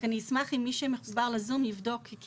אני אשמח אם מי שמחובר לזום יבדוק כי